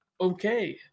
okay